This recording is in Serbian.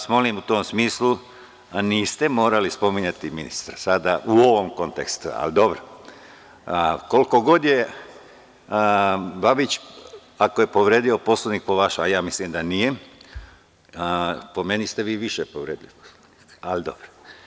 Molim vas u tom smislu, a niste morali spominjati ministra sada u ovom kontekstu, ali dobro, koliko god je Babić, ako je povredio Poslovnik po vašem, a ja mislim da nije, po meni ste vi više povredili Poslovnik, ali dobro.